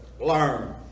learn